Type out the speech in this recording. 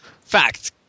Fact